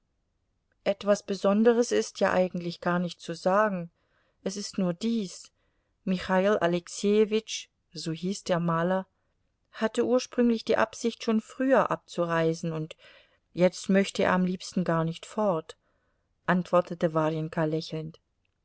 etwas besonderes ist ja eigentlich gar nicht zu sagen es ist nur dies michail alexejewitsch so hieß der maler hatte ursprünglich die absicht schon früher abzureisen und jetzt möchte er am liebsten gar nicht fort antwortete warjenka lächelnd